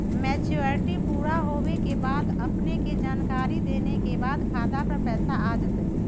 Maturity पुरा होवे के बाद अपने के जानकारी देने के बाद खाता पर पैसा आ जतई?